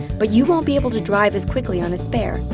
but you won't be able to drive as quickly on a spare.